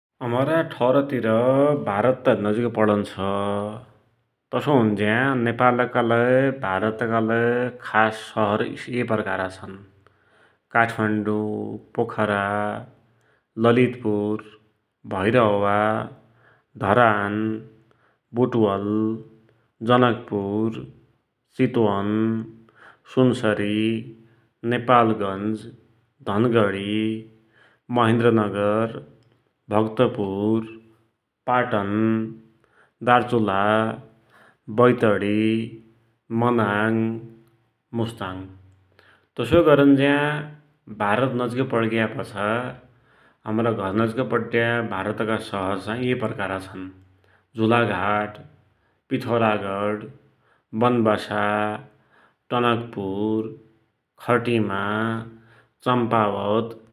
हमरा ठौरतिरत भारत त नजिक पडुन्छ, तसो हुन्ज्या नेपालका लै भारतका लै खास सहर ये प्रकारका छन्ः काठमांडौ, पोखरा, ललितपुर, भैरहवा, धरान, वुटवल, जनकपुर, चितवन, सुनसरी, नेपालगञ्ज, धनगडी, महेन्द्रनगर, भक्तपुर, पाटन, दार्चुला, वैतडी, मनाङ, मुस्ताङ, तसोइ गरुन्ज्या भारत नजिक पडिग्यापाछा हमरा घर नजिक पड्या भारतका सहर ये प्रकारका छन्ः झुलाघाट, पीथौरागढ, बनवासा, टनकपुर, खटिमा, चम्पावत ।